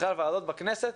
ובכלל ועדות בכנסת,